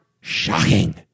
shocking